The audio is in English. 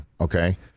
okay